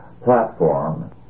platform